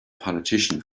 politicians